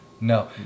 No